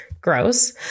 gross